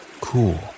Cool